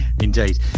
Indeed